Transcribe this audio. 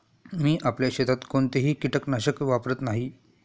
मी आपल्या शेतात कोणतेही कीटकनाशक वापरत नाही